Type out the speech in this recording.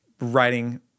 writing